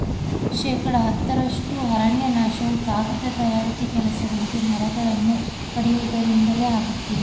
ಶೇಕಡ ಹತ್ತರಷ್ಟು ಅರಣ್ಯನಾಶವು ಕಾಗದ ತಯಾರಿಕೆ ಕೆಲಸಗಳಿಗೆ ಮರಗಳನ್ನು ಕಡಿಯುವುದರಿಂದಲೇ ಆಗುತ್ತಿದೆ